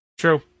True